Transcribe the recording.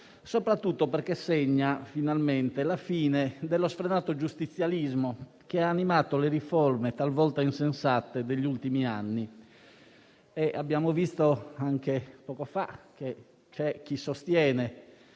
soprattutto perché segna la fine dello sfrenato giustizialismo che ha animato le riforme talvolta insensate degli ultimi anni. Abbiamo visto anche poco fa che c'è chi sostiene